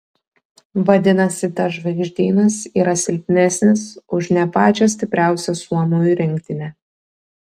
vadinasi tas žvaigždynas yra silpnesnis už ne pačią stipriausią suomių rinktinę